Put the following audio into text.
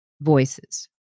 voices